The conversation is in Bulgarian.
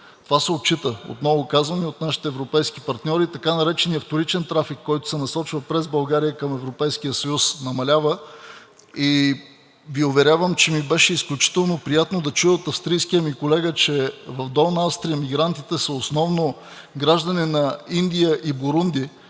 Това се отчита, отново казвам, и от нашите европейски партньори. Така нареченият вторичен трафик, който се насочва през България към Европейския съюз, намалява. И Ви уверявам, че ми беше изключително приятно да чуя от австрийския ми колега, че в Долна Австрия емигрантите са основно граждани на Индия и Бурунди,